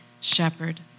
shepherd